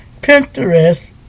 Pinterest